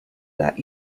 that